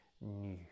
new